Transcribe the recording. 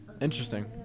Interesting